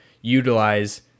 utilize